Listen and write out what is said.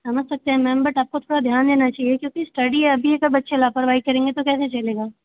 समझ सकते हैं मैम बट आपको उस पर ध्यान देना चाहिए क्योंकि स्टडी है अभी ऐसे बच्चे लापरवाही करेंगे तो कैसे चलेगा